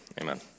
amen